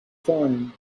find